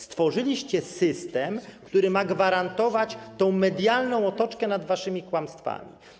Stworzyliście system, który ma gwarantować tę medialną otoczkę nad waszymi kłamstwami.